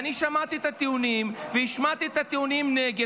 אני שמעתי את הטיעונים והשמעתי את הטיעונים נגד.